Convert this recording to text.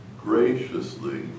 graciously